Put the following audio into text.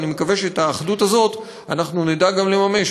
ואני מקווה שאת האחדות הזאת אנחנו נדע גם לממש,